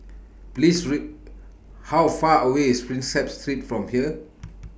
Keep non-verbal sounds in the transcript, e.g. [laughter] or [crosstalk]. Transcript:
[unintelligible] How Far away IS Prinsep Street from here [noise]